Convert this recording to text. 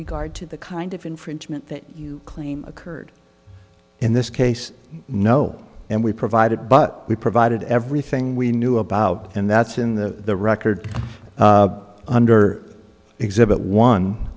regard to the kind of infringement that you claim occurred in this case no and we provided but we provided everything we knew about and that's in the record under exhibit one